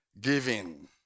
giving